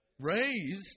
Raised